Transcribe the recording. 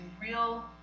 real